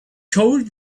told